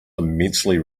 immensely